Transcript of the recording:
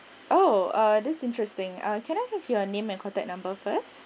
oh ah that's interesting ah can I have your name and contact number first